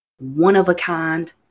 one-of-a-kind